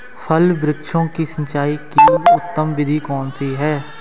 फल वृक्षों की सिंचाई की उत्तम विधि कौन सी है?